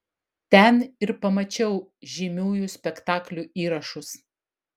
ten ir pamačiau žymiųjų spektaklių įrašus